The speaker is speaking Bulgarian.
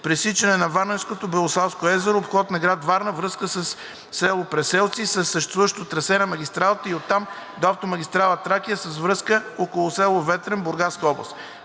пресичане на Варненско-Белославското езеро, обход на град Варна, връзка около село Приселци със съществуващото трасе на магистралата и оттам до автомагистрала „Тракия“ с връзка около село Ветрен, Бургаска област.